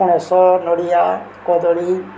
ପଣସ ନଡ଼ିଆ କଦଳୀ